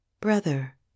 brother